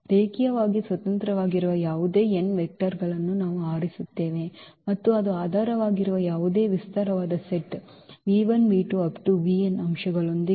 ರೇಖೀಯವಾಗಿ ಸ್ವತಂತ್ರವಾಗಿರುವ ಯಾವುದೇ n ವೆಕ್ಟರ್ ಗಳನ್ನು ನಾವು ಆರಿಸುತ್ತೇವೆ ಮತ್ತು ಅದು ಆಧಾರವಾಗಿರುವ ಯಾವುದೇ ವಿಸ್ತಾರವಾದ ಸೆಟ್ ಅಂಶಗಳೊಂದಿಗೆ